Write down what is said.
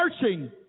searching